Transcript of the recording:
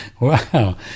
Wow